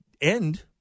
end